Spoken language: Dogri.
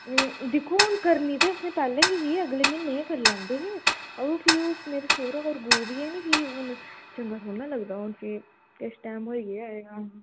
दिक्खो आं हून करनी ते असें पैह्लें गै ही अगले म्हीने करी लैंदे हे बा ओह् फ्ही मेरे सोह्रा होर गुजरी गे निं फ्ही हून चंगा थोह्ड़े ना लग्गदा हून फ्ही किश टाईम होई गेआ ऐ हां